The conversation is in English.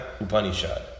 Upanishad